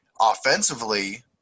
offensively